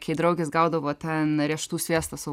kai draugės gaudavo ten riešutų sviesto su